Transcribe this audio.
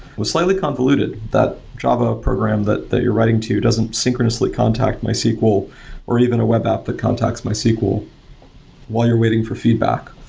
was slightly convoluted. that java program that that you're writing to doesn't synchronously contact mysql or even a web app that contacts mysql while you're waiting for feedback.